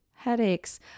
headaches